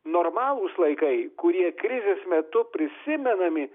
normalūs laikai kurie krizės metu prisimenami